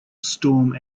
storm